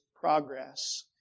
progress